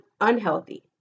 unhealthy